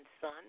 son